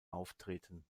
auftreten